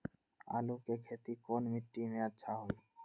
आलु के खेती कौन मिट्टी में अच्छा होइ?